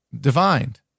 divined